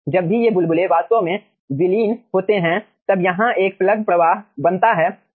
जब भी ये बुलबुले वास्तव में विलीन होते हैं तब यहाँ एक प्लग प्रवाह बनता है